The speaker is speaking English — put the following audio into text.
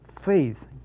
faith